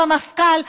במפכ"ל,